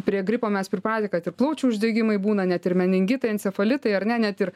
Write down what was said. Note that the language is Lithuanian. prie gripo mes pripratę kad ir plaučių uždegimai būna net ir meningitai encefalitai ar ne net ir